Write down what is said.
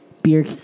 Beer